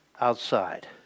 outside